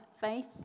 faith